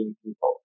people